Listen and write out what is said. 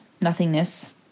nothingness